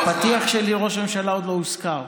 אבל בפתיח שלי ראש הממשלה עוד לא הוזכר.